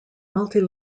multi